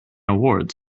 awards